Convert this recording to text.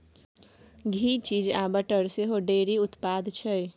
घी, cheese आ butter सेहो डेयरी उत्पाद छै